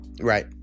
Right